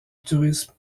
tourisme